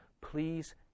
Please